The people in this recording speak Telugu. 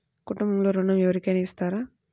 కుటుంబంలో ఋణం ఎవరికైనా ఇస్తారా?